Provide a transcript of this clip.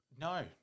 No